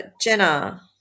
Jenna